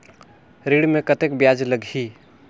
ऋण मे कतेक ब्याज लगही?